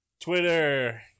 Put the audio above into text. Twitter